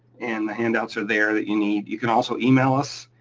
and the hand outs are there that you need. you can also email us,